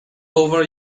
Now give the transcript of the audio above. over